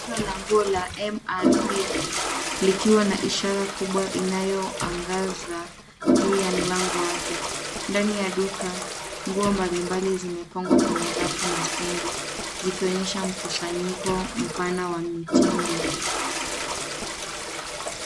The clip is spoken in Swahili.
Duka la nguo la mrp likiwa na ishara kubwa inayoangaza juu ya mlango wake. Ndani ya duka nguo mbalimbali zimepangwa kwenye rafu na stendi zikionyesha mkusanyiko mpana wa mitindo.